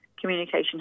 communication